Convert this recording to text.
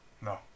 No